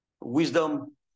Wisdom